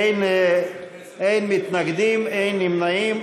אין מתנגדים, אין נמנעים.